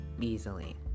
easily